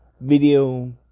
video